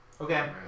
Okay